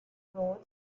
roads